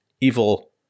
evil